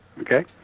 Okay